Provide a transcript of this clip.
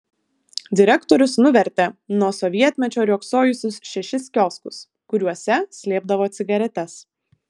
direktorius nuvertė nuo sovietmečio riogsojusius šešis kioskus kuriuose slėpdavo cigaretes